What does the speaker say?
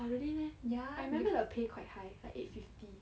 ah really meh I remember the pay quite high like eight fifty